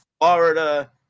Florida